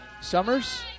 Summers